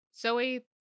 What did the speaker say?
Zoe